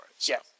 Yes